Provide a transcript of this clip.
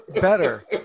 better